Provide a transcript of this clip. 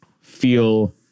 feel